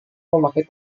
memakai